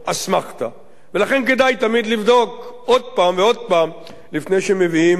ולכן כדאי תמיד לבדוק עוד פעם ועוד פעם לפני שמביאים הנמקות